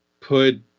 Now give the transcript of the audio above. put